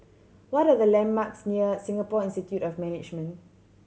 what are the landmarks near Singapore Institute of Management